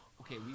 okay